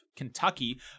Kentucky